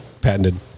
patented